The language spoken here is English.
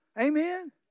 Amen